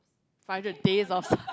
Five Hundred Days of